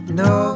no